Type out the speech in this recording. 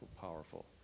powerful